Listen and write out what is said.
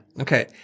Okay